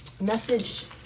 message